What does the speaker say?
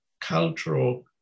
cultural